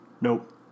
Nope